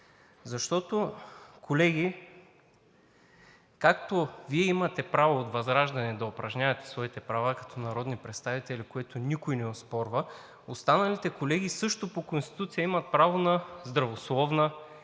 Защото, колеги, както Вие от ВЪЗРАЖДАНЕ имате право да упражнявате своите права като народни представители, които никой не оспорва, останалите колеги също по Конституция имат право на здравословна,